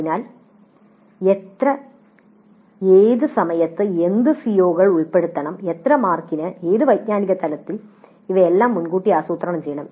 അതിനാൽ എത്ര ഏത് സമയത്ത് എന്ത് സിഒകൾ ഉൾപ്പെടുത്തണം എത്ര മാർക്കിന് ഏത് വൈജ്ഞാനിക തലങ്ങളിൽ ഇവയെല്ലാം മുൻകൂട്ടി ആസൂത്രണം ചെയ്യണം